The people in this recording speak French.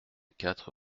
quatre